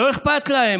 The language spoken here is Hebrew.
לא אכפת להם.